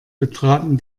betraten